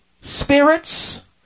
spirits